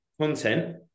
content